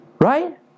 Right